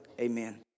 Amen